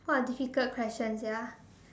what a difficult question sia